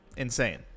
Insane